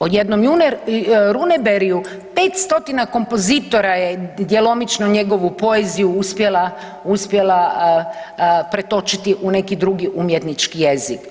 O jednom Runebergiju 5 stotina kompozitora je djelomično njegovu poeziju uspjela pretočiti u neki drugi umjetnički jezik.